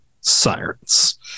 sirens